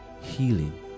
healing